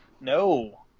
No